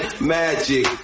Magic